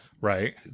Right